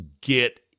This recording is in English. get